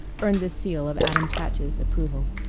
earned the seal of adam patch's approval.